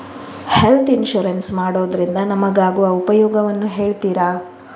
Health insurance ಮಾಡೋದ್ರಿಂದ ನಮಗಾಗುವ ಉಪಯೋಗವನ್ನು ಹೇಳ್ತೀರಾ?